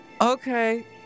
Okay